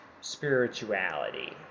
spirituality